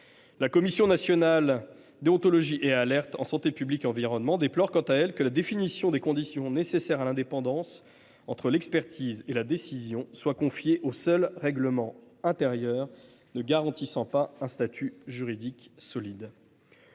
La Commission nationale de la déontologie et des alertes en matière de santé publique et d’environnement (CNDASPE) regrette quant à elle que la définition des conditions nécessaires à l’indépendance entre expertise et décision soit confiée au seul règlement intérieur, ne garantissant pas « un statut juridique solide